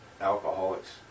alcoholics